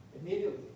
immediately